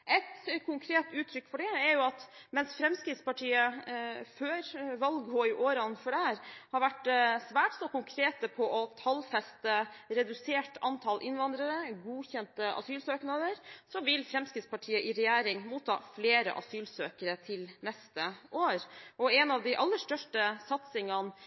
Et konkret uttrykk for det er at mens Fremskrittspartiet før valget og i årene før det har vært svært så konkrete på å tallfeste redusert antall innvandrere og godkjente asylsøknader, vil Fremskrittspartiet i regjering motta flere asylsøkere til neste år. Og en av de aller største satsingene